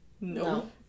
No